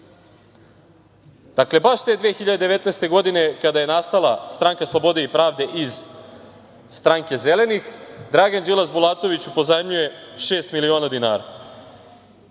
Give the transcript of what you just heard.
Dakle, baš te 2019. godine, kada je nastala stranka Slobode i pravde iz stranke Zelenih, Dragan Đilas, Bulatoviću pozajmljuje šest miliona dinara. Vrhunac